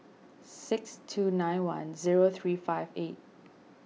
six two nine one zero three five eight